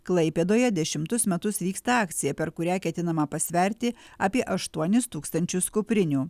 klaipėdoje dešimtus metus vyksta akcija per kurią ketinama pasverti apie aštuonis tūkstančius kuprinių